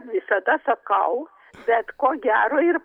visada sakau bet ko gero ir